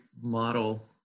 model